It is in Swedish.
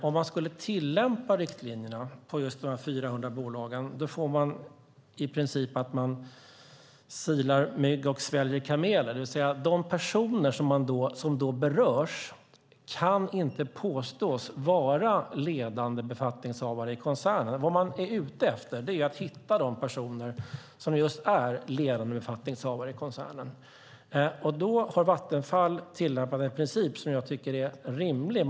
Om man skulle tillämpa riktlinjerna på de 400 bolagen silar man i princip mygg och sväljer kameler. De personer som då berörs kan inte påstås vara ledande befattningshavare i koncernen. Vad man är ute efter är att hitta de personer som just är ledande befattningshavare i koncernen. Vattenfall har tillämpat en princip som jag tycker är rimlig.